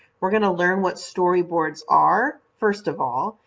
we're going to learn what storyboards are, first of all.